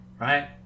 right